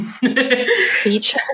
Beach